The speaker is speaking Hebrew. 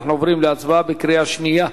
אנחנו עוברים להצבעה בקריאה שנייה.